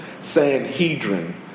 Sanhedrin